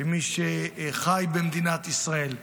שמי שחי במדינת ישראל,